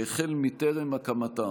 שהחל טרם הקמתה